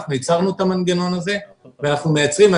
ייצרנו את המנגנון הזה ואנחנו מייצרים.